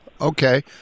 Okay